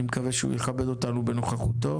אני מקווה שהוא יכבד אותנו בנוכחותו;